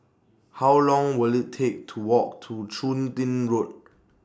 How Long Will IT Take to Walk to Chun Tin Road